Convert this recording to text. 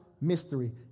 mystery